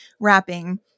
wrapping